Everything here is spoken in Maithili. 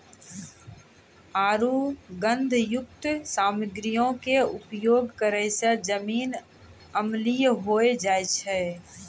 आरु गंधकयुक्त सामग्रीयो के उपयोग करै से जमीन अम्लीय होय जाय छै